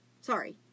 Sorry